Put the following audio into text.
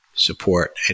Support